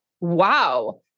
wow